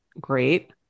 great